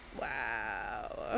Wow